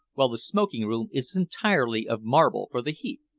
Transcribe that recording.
while the smoking-room is entirely of marble for the heat?